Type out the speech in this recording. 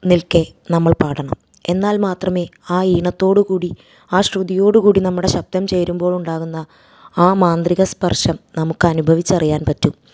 നിൽക്കെ നമ്മൾ പാടണം എന്നാൽ മാത്രമേ ആ ഈണത്തോട് കൂടി ആ ശ്രുതിയോട് കൂടി നമ്മുടെ ശബ്ദം ചേരുമ്പോൾ ഉണ്ടാകുന്ന ആ മാന്ത്രിക സ്പർശം നമുക്ക് അനുഭവിച്ചറിയാൻ പറ്റൂ